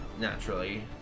naturally